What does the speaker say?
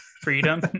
Freedom